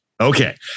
Okay